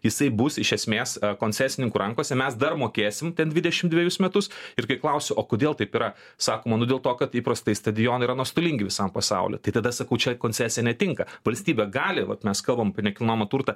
jisai bus iš esmės koncesininku rankose mes dar mokėsim dvidešimt dvejus metus ir kai klausiu o kodėl taip yra sakoma nu dėl to kad įprastai stadionai yra nuostolingi visam pasauliui tai tada sakau čia koncesija netinka valstybė gali vat mes kalbam apie nekilnojamą turtą